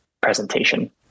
presentation